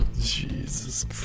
Jesus